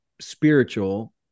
spiritual